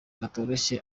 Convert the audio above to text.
katoroshye